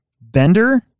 Bender